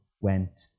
went